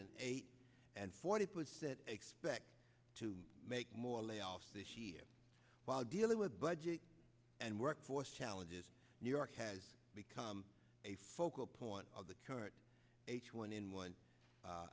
and eight and forty percent expect to make more layoffs this year while dealing with budget and workforce challenges new york has become a focal point of the current h one n one